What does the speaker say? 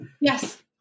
yes